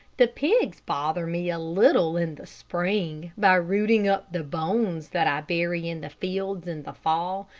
the pigs bother me a little in the spring, by rooting up the bones that i bury in the fields in the fall,